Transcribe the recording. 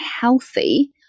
healthy